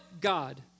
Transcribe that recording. God